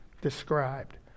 described